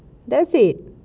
that's it